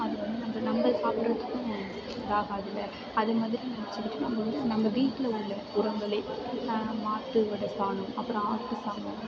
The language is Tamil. அது வந்து நம்ம நம்ம சாப்பிட்றதுக்கும் இதாகாதில்ல அது மாதிரி நினச்சுக்கிட்டு நம்ம வந்து நம்ம வீட்டில் உள்ள உரங்களே மாட்டு ஒட சாணம் அப்புறம் ஆட்டு சாணம்